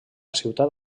ciutat